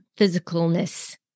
physicalness